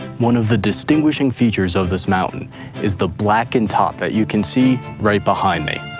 one of the distinguishing features of this mountain is the blackened top that you can see right behind me.